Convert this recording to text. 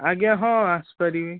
ଆଜ୍ଞା ହଁ ଆସିପାରିବି